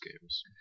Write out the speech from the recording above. games